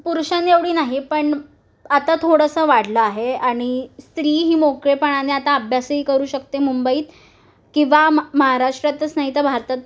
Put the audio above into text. पुरुषांएवढी नाही पण आता थोडंसं वाढलं आहे आणि स्त्री ही मोकळेपणाने आता अभ्यासही करू शकते मुंबईत किंवा मा महाराष्ट्रातच नाही तर भारतात